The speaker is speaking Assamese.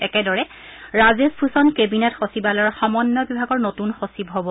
একেদৰে ৰাজেশ ভূষণ কেবিনেট সচিবালয়ৰ সমন্বয় বিভাগৰ নতুন সচিব হব